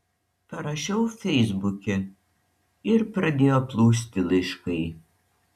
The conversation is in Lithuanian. parašiau feisbuke ir pradėjo plūsti laiškai